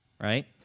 right